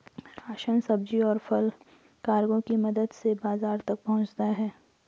ration, सब्जी, और फल कार्गो की मदद से बाजार तक पहुंचता है